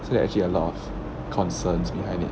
so actually a lot of concerns behind it